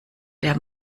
der